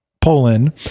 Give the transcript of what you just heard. Poland